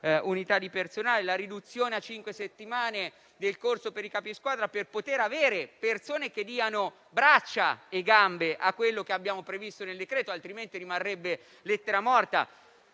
unità di personale, la riduzione a cinque settimane del corso per i capisquadra, per poter avere persone che diano braccia e gambe a quello che abbiamo previsto nel decreto, che altrimenti rimarrebbe lettera morta.